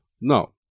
No